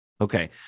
Okay